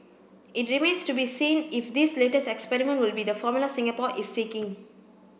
it remains to be seen if this latest experiment will be the formula Singapore is seeking